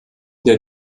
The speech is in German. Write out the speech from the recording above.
der